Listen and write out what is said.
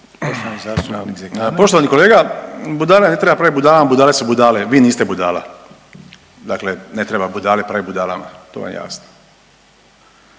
Poštovani kolege, budale ne treba pravit budalama, budale su budale, vi niste budala, dakle ne treba budale pravit budalama, to vam je jasno.